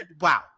Wow